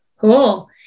cool